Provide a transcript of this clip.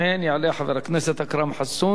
יעלה חבר הכנסת אכרם חסון.